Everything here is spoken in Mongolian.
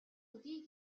өгье